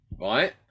right